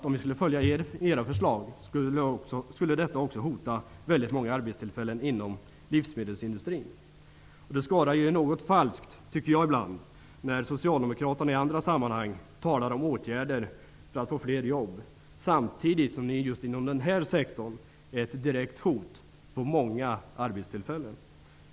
Om vi skulle följa era förslag skulle många arbetstillfällen inom livsmedelsindustrin hotas. Jag tycker att det ibland skorrar något falskt när Socialdemokraterna i andra sammanhang talar om åtgärder för att få fler jobb, samtidigt som ni inom denna sektor är ett direkt hot mot många arbetstillfällen.